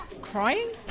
Crying